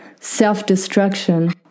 self-destruction